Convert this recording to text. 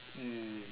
mm